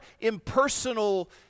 impersonal